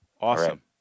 Awesome